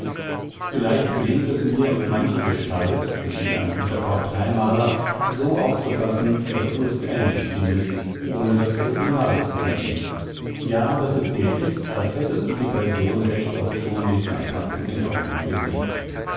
vielleicht gelingt es mir manche gestalt wie ein guter porträtmaler so aufzufassen daß du es ähnlich findest ohne das original zu kennen ja daß es dir ist als hättest du die person recht oft schon mit leibhaftigen augen gesehen